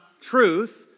truth